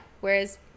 Whereas